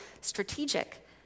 strategic